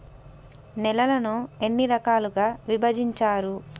నేలలను ఎన్ని రకాలుగా విభజించారు?